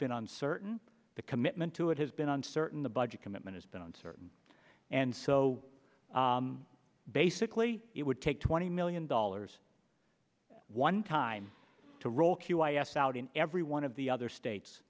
been uncertain the commitment to it has been uncertain the budget commitment is beyond certain and so basically it would take twenty million dollars one time to roll q o s out in every one of the other states